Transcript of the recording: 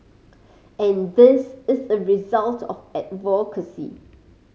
and this is a result of advocacy